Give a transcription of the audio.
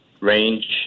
range